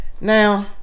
Now